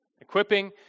equipping